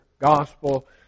gospel